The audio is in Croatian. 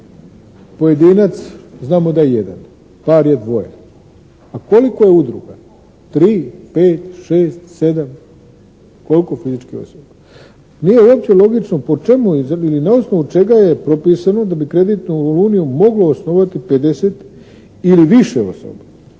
pojedinac znamo da je jedan. Par je dvoje. A koliko je udruga? Tri, pet, šest, sedam, koliko fizičkih osoba? Nije uopće logično po čemu ili na osnovu čega je propisano da bi kreditnu uniju moglo osnovati 50 ili više osoba.